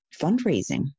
fundraising